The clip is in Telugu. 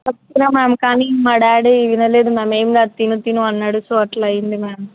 చెప్పిన మ్యామ్ కానీ మా డాడీ వినలేదు మ్యామ్ ఏమి కాదు తిను తిను అన్నాడు సో అట్లా అయ్యింది మ్యామ్